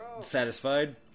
satisfied